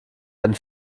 einen